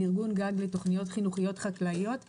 שהוא ארגון גג לתוכניות חינוכיות חקלאיות לצעירים,